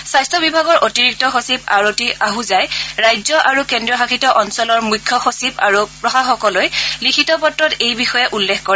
স্বাস্থ্য বিভাগৰ অতিৰিক্ত সচিব আৰতী আছজাই ৰাজ্য আৰু কেন্দ্ৰীয় শাসিত অঞ্চলৰ মুখ্য সচিব আৰু প্ৰশাসকলৈ লিখা পত্ৰত এই বিষয়ে উল্লেখ কৰে